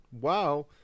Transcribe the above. Wow